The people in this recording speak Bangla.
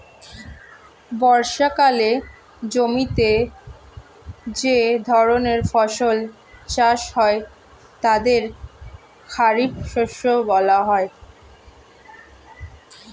বর্ষাকালে জমিতে যে ধরনের ফসল চাষ হয় তাদের খারিফ শস্য বলা হয়